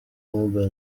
mobile